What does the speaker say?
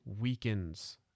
weakens